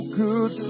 good